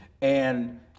and-